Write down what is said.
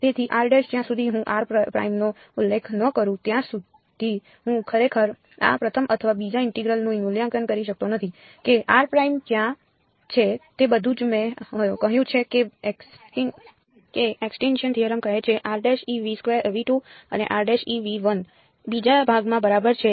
તેથી જ્યાં સુધી હું r પ્રાઇમનો ઉલ્લેખ ન કરું ત્યાં સુધી હું ખરેખર આ પ્રથમ અથવા બીજા ઇન્ટેગ્રલ નું મૂલ્યાંકન કરી શકતો નથી કે r પ્રાઇમ ક્યાં છે તે બધું જ મેં કહ્યું છે કે એક્સટીન્ક્શન થિયરમ કહે છે અને બીજા ભાગમાં બરાબર છે